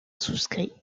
souscrit